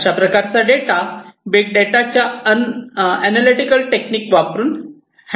अशा प्रकारचा data big data च्या अनलिटिकल टेक्निक वापरून हँडल करावा लागतो